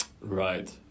Right